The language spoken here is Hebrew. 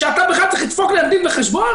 אתה צריך לדפוק להם דין וחשבון?